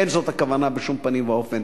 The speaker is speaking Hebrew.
אין זו הכוונה בשום פנים ואופן.